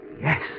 Yes